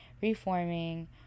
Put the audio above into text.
reforming